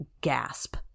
gasp